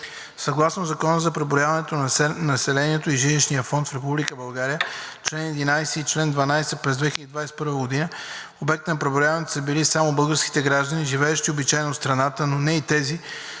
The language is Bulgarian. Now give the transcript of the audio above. Съгласно Закона за преброяване на населението и жилищния фонд в Република България, чл. 11 и чл. 12, през 2021 г. обект на преброяването са били само българските граждани, живеещи обичайно в страната, но не и тези,